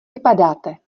vypadáte